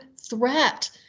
threat